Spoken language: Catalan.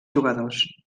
jugadors